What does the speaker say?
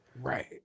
right